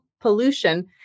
pollution